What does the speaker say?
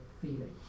feeling